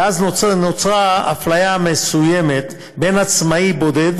ואז נוצרת אפליה מסוימת בין עצמאי בודד